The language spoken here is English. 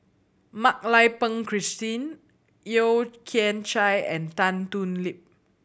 Mak Lai Peng Christine Yeo Kian Chai and Tan Thoon Lip